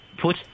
put